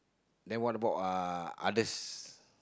then what about uh others